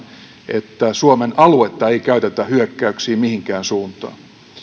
että suomen aluetta ei käytetä hyökkäyksiin mihinkään suuntaan